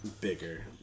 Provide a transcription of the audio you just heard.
bigger